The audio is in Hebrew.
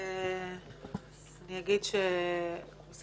אני לא יכולה להתעלם מהדברים שנאמרים פה,